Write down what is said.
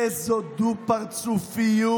איזו דו-פרצופיות.